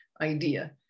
idea